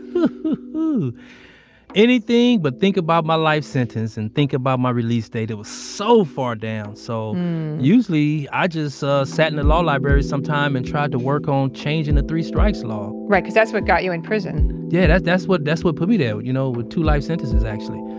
anything but think about my life sentence and think about my release date. it was so far down. so usually i just sat in the law library sometime and tried to work on changing the three strikes law right. cause that's what got you in prison yeah, that's what that's what put me there, you know, with two life sentences actually.